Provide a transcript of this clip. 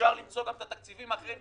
שאפשר למצוא גם את התקציבים אחרים,